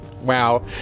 Wow